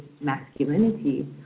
masculinity